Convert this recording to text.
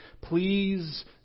Please